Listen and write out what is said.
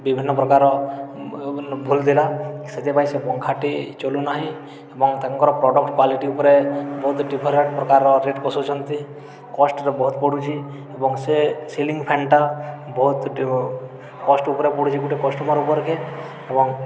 ବିଭିନ୍ନ ପ୍ରକାର ଭୁଲ ଦେଲା ସେଥିପାଇଁ ସେ ପଙ୍ଖାଟି ଚାଲୁନାହିଁ ଏବଂ ତାଙ୍କର ପ୍ରଡ଼କ୍ଟ କ୍ଵାଲିଟି ଉପରେ ବହୁତ ଡିଫରେଣ୍ଟ ପ୍ରକାର ରେଟ୍ ପୋଷାଉଛନ୍ତି କଷ୍ଟରେ ବହୁତ ପଡ଼ୁଛି ଏବଂ ସେ ସିଲିଙ୍ଗ ଫ୍ୟାନ୍ଟା ବହୁତ କଷ୍ଟ ଉପରେ ପଡ଼ୁଛି ଗୋଟେ କଷ୍ଟମର୍ ଉପରକେ ଏବଂ